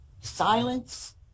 Silence